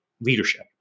leadership